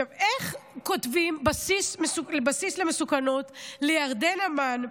עכשיו, איך כותבים בסיס למסוכנות לירדן מן,